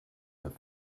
neuf